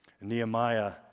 Nehemiah